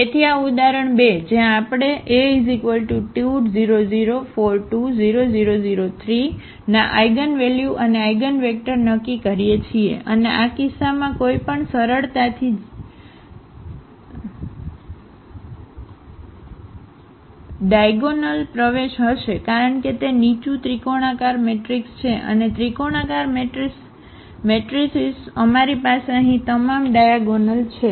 તેથી આ ઉદાહરણ 2 જ્યાં આપણે આ A2 0 0 4 2 0 0 0 3 ના આઇગનવેલ્યુ અને આઇગનવેક્ટર નક્કી કરીએ છીએ અને આ કિસ્સામાં કોઈ પણ સરળતાથી જીગણાઓ ડાયાગોનલ પ્રવેશઝ હશે કારણ કે તે નીચું ત્રિકોણાકાર મેટ્રિક્સ છે અને ત્રિકોણાકાર મેટ્રિસીઝ અમારી પાસે અહીં તમામ ડાયાગોનલ છે